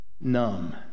numb